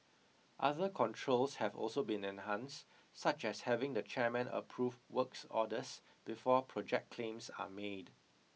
other controls have also been enhanced such as having the chairman approve works orders before project claims are made